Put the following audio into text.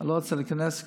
אני לא רוצה להיכנס לזה.